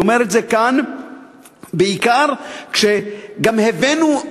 אני אומר את זה כאן בעיקר כשגם הבאנו,